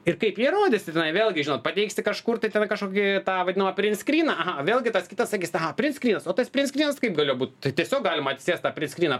ir kaip jį įrodysi tenai vėlgi žinot pateiksi kažkur tai ten kažkokį tą vadinamą prinskryną aha vėlgi tas kitas sakys aha prinskrynas o tas prinskynas kaip galėjo būt tai tiesiog galima atsisėst tą prinskryną